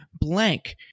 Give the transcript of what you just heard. blank